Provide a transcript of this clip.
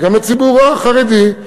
גם לציבור החרדי,